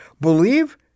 Believe